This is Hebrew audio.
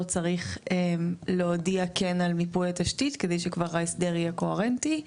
צריך להודיע כן על מיפוי התשתית כדי שכבר ההסדר יהיה קוהרנטי.